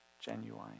Genuine